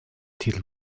titel